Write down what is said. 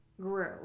grew